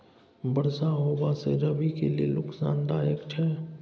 बरसा होबा से रबी के लेल नुकसानदायक छैय?